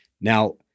Now